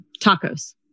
Tacos